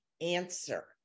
answer